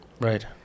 Right